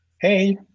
hey